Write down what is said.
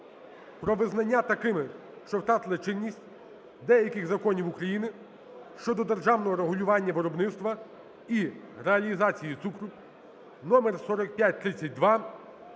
про визнання такими, що втратили чинність, деяких законів України щодо державного регулювання виробництва і реалізації цукру (№ 4532)